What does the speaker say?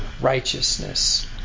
righteousness